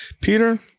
Peter